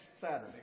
Saturday